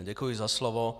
Děkuji za slovo.